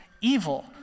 evil